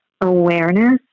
awareness